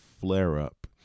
flare-up